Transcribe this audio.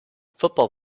football